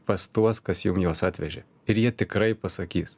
pas tuos kas jum juos atvežė ir jie tikrai pasakys